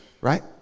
right